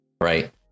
right